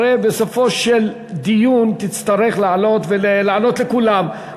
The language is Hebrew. הרי בסופו של דיון תצטרך לעלות ולענות לכולם,